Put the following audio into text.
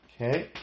okay